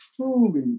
truly